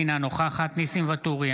אינה נוכחת ניסים ואטורי,